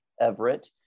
Everett